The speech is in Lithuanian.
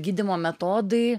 gydymo metodai